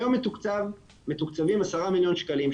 היום מתוקצבים 10 מיליון שקלים,